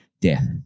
death